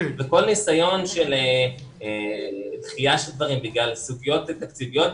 כל ניסיון של דחייה של דברים בגלל סוגיות תקציביות,